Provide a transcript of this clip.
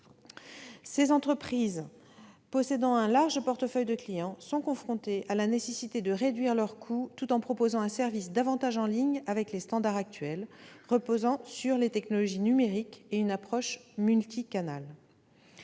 Ces entreprises possédant un large portefeuille de clients sont confrontées à la nécessité de réduire leurs coûts, tout en proposant un service davantage en ligne avec les standards actuels, reposant sur les technologies numériques et une approche multicanale.